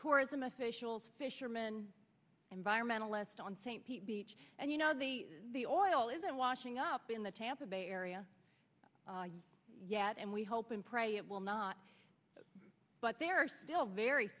tourism officials fisherman environmentalist on st pete beach and you know the the oil isn't washing up in the tampa bay area yet and we hope and pray it will not but there are still very